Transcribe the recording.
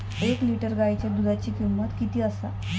एक लिटर गायीच्या दुधाची किमंत किती आसा?